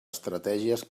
estratègies